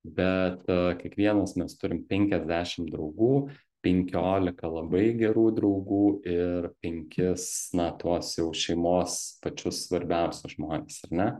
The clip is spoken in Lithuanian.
bet kiekvienas mes turim penkiasdešim draugų penkiolika labai gerų draugų ir penkis na tuos jau šeimos pačius svarbiausius žmones ar ne